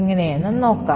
എങ്ങനെയെന്ന് നോക്കാം